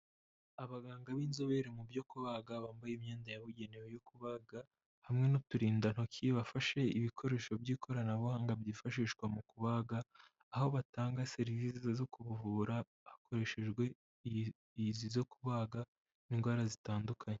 Abaganga b'inzobere mu byo kubaga bambaye imyenda yabugenewe yo kubaga hamwe n'uturindantoki bafashe ibikoresho by'ikoranabuhanga byifashishwa mu kubaga, aho batanga serivisi zo kuvura hakoreshejwe izi zo kubaga indwara zitandukanye.